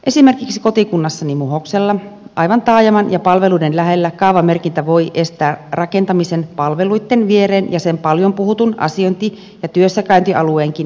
esimerkiksi kotikunnassani muhoksella aivan taajaman ja palveluiden lähellä kaavamerkintä voi estää rakentamisen palveluitten viereen ja sen paljon puhutun asiointi ja työssäkäyntialueenkin sisällä